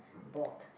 board